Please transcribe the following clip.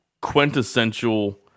quintessential